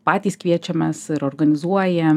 patys kviečiamės ir organizuojam